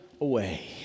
away